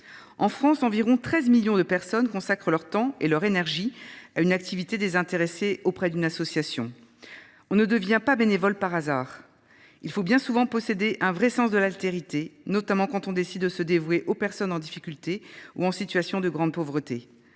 En France, environ 13 millions de personnes consacrent leur temps et leur énergie à une activité désintéressée auprès d’une association. On ne devient pas bénévole par hasard. Il faut bien souvent posséder un vrai sens de l’altérité, notamment quand on décide de se dévouer aux personnes en difficulté ou en situation de grande pauvreté.